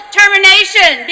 termination